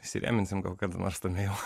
įsirėminsim gal kada nors tą meilą